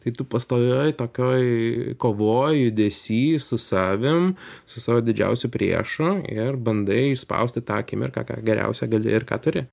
kai tu pastovioj tokioj kovoj judesy su savim su savo didžiausiu priešu ir bandai išspausti tą akimirką ką geriausia gali ir ką turi